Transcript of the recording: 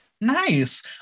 Nice